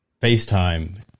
FaceTime